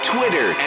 Twitter